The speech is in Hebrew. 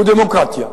ודמוקרטיה.